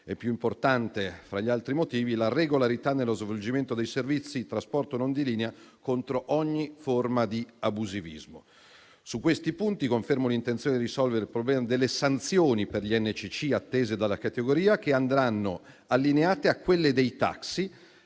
e più importante fra gli altri motivi è l'esigenza di garantire la regolarità nello svolgimento dei servizi di trasporto non di linea contro ogni forma di abusivismo. Su questi punti confermo l'intenzione di risolvere il problema delle sanzioni per gli NCC come atteso dalla categoria, che andranno allineate a quelle dei taxi